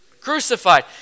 crucified